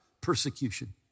persecution